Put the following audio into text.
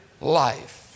life